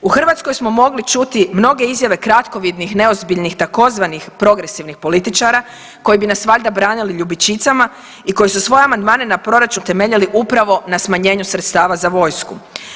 U Hrvatskoj smo mogli čuti mnoge izjave kratkovidnih, neozbiljnih tzv. progresivnih političara, koji bi nas valjda branili ljubičicama i koji su svoje amandmane na proračun temeljili upravo na smanjenju sredstava za vojsku.